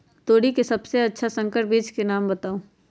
तोरी के सबसे अच्छा संकर बीज के नाम बताऊ?